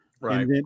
Right